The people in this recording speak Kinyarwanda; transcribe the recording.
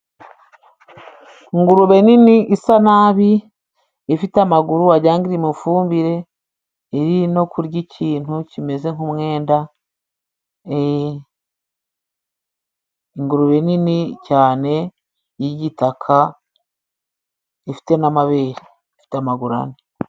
Ingurube nini isa nabi ifite amaguru wagira ngo iri mu fumbire iri no kurya ikintu kimeze nk'umwenda. Ingurube nini cyane y'igitaka, ifite n'amabere, ifite amaguru ane.